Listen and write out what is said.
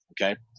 okay